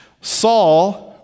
Saul